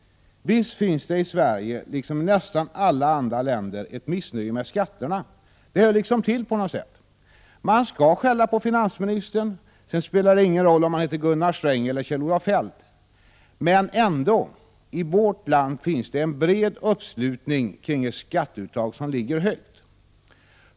Visst finns det i Sverige, liksom i nästan alla andra länder, ett missnöje med skatterna. Det hör liksom till. Man skall skälla på finansministern, sedan spelar det ingen roll om han heter Gunnar Sträng eller Kjell-Olof Feldt. Men ändå, i vårt land finns det en bred uppslutning kring ett skatteuttag som ligger högt.